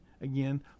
Again